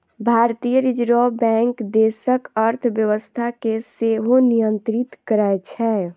भारतीय reserve bank देशक अर्थव्यवस्था कें सेहो नियंत्रित करै छै